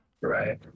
Right